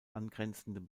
angrenzenden